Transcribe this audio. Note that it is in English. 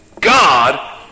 god